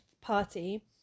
party